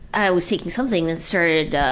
i was taking something that started, ah,